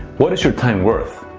what is your time worth?